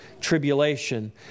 tribulation